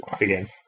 again